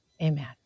Amen